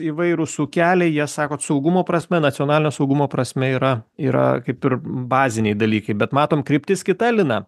įvairūs ūkeliai jie sakot saugumo prasme nacionalinio saugumo prasme yra yra kaip ir baziniai dalykai bet matom kryptis kita lina